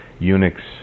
Unix